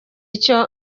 icyo